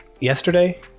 yesterday